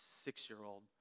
six-year-old